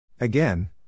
Again